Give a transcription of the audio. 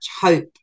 hope